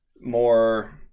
More